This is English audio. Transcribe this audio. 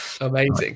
amazing